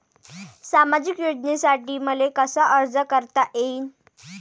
सामाजिक योजनेसाठी मले कसा अर्ज करता येईन?